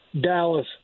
Dallas